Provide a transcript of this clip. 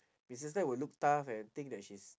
missus lai will look tough and you think that she's